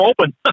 open